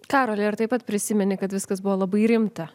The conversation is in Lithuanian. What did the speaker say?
karoli ar taip pat prisimeni kad viskas buvo labai rimta